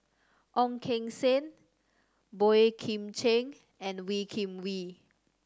Ong Keng Sen Boey Kim Cheng and Wee Kim Wee